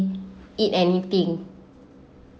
eat anything